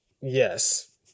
Yes